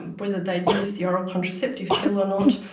and whether they had used the oral contraceptive pill or not,